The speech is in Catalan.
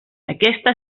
aquesta